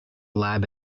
lab